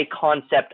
concept